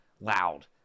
loud